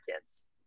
kids